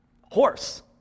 horse